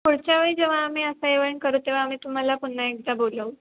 पुढच्या वेळी जेव्हा आम्ही असा ऐवंड करू तेव्हा आम्ही तुम्हाला पुन्हा एकदा बोलवू